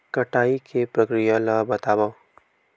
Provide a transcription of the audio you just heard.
कटाई के प्रक्रिया ला बतावव?